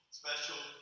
special